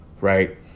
right